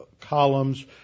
columns